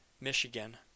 Michigan